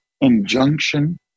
injunction